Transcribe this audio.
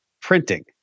printing